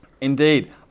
Indeed